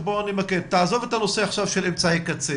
תעזוב את הנושא של אמצעי קצה,